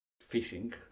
fishing